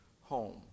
home